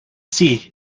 see